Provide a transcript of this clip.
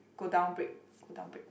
go down brake go down brake